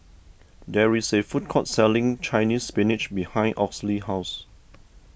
there is a food court selling Chinese Spinach behind Orley's house